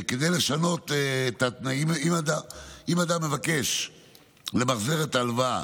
אם אדם מבקש למחזר את ההלוואה,